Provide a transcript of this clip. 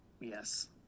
Yes